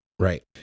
Right